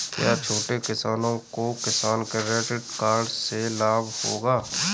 क्या छोटे किसानों को किसान क्रेडिट कार्ड से लाभ होगा?